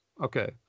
Okay